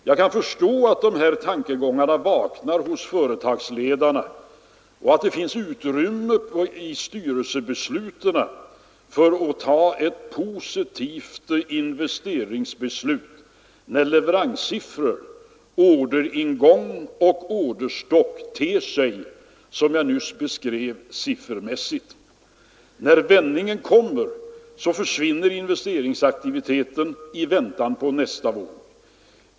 Jag kan förstå att de här tankegångarna vaknar hos företagsledarna och att det finns utrymme i styrelsernas ställningstaganden för att fatta ett positivt investeringsbeslut när leveranssiffror, orderingång och orderstock ter sig så som jag nyss beskrev siffermässigt. När vändningen kommer försvinner investeringsaktiviteten i väntan på nästa våg.